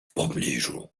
pobliżu